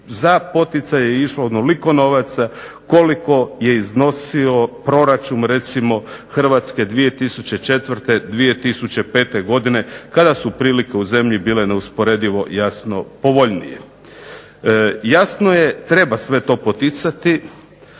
za poticaje je išlo onoliko novaca koliko je iznosio proračun recimo HRvatske 2004., 2005, godine kada su prilike u zemlji bile neusporedivo povoljnije. Jasno je treba sve to poticati,